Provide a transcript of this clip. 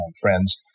friends